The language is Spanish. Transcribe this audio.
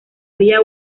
vía